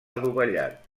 adovellat